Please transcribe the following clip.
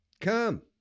come